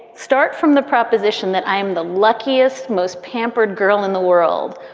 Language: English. start from the proposition that i'm the luckiest, most pampered girl in the world.